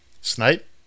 Snipe